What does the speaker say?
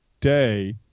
day